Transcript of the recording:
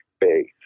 base